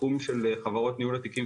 התחום של חברות ניהול התיקים,